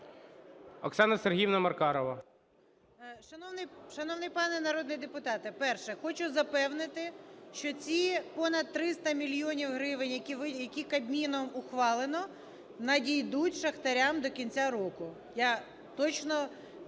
О.С. Шановний пане народний депутат! Перше. Хочу запевнити, що ці понад 300 мільйонів гривень, які Кабміном ухвалено, надійдуть шахтарям до кінця року, я точно